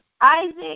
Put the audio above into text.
Isaac